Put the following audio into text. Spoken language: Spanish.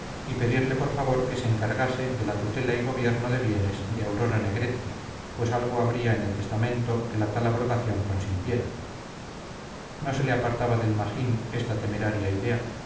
y pedirle por favor que se encargarse de la tutela y gobierno de bienes de aurora negretti pues algo habría en el testamento que tal abrogación consintiera no se le apartaba del magín esta temeraria idea